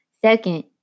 Second